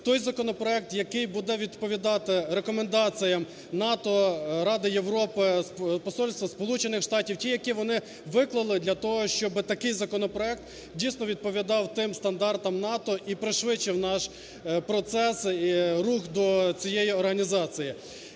той законопроект, який буде відповідати рекомендаціям НАТО, Ради Європи, Посольства Сполучених Штатів, ті, які вони виклали для того, щоби такий законопроект дійсно відповідав тим стандартам НАТО і пришвидшив наш процес і рух до цієї організації.